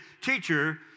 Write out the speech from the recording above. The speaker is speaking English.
teacher